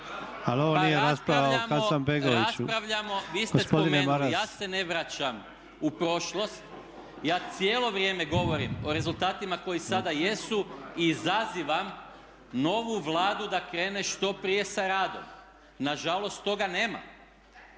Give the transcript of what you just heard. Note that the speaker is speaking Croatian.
Pa raspravljamo, vi ste spomenuli, ja se ne vraćam u prošlost, ja cijelo vrijeme govorim o rezultatima koji sada jesu i izazivam novu Vladu da krene što prije sa radom. Nažalost toga nema.